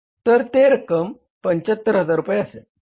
तर ते रक्कम 75000 रुपये असेल